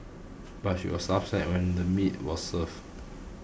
but she was upset when the meat was served